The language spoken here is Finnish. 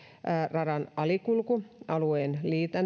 radan alikulku alueen